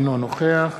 אינו נוכח